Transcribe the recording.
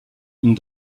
une